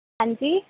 ਹਾਂਜੀ